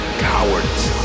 cowards